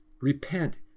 repent